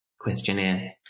questionnaire